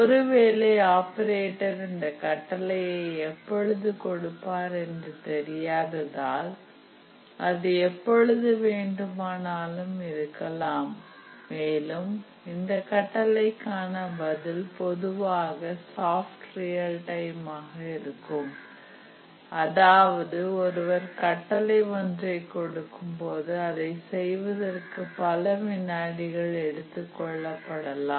ஒருவேளை ஆப்பரேட்டர் இந்தக் கட்டளையை எப்பொழுது கொடுப்பார் என்பது தெரியாததால் அது எப்பொழுது வேண்டுமானாலும் இருக்கலாம் மேலும் இந்த கட்டளைக்கான பதில் பொதுவாக சாஃப்ட் ரியல் டைம் ஆக இருக்கும் அதாவது ஒருவர் கட்டளை ஒன்றை கொடுக்கும்போது அதை செய்வதற்கு பல வினாடிகள் எடுத்துக் கொள்ளப் படலாம்